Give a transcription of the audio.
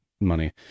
money